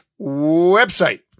website